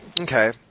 Okay